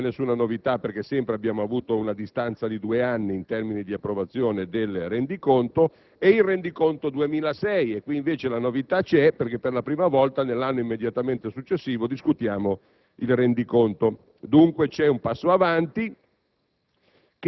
registriamo alcuna novità perché abbiamo sempre avuto una distanza di due anni in termini di approvazione del rendiconto) e il rendiconto 2006 (qui invece la novità c'è perché per la prima volta nell'anno immediatamente successivo discutiamo il rendiconto); dunque, c'è un passo avanti